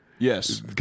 Yes